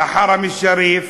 לאל-חרם א-שריף,